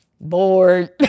Bored